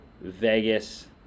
Vegas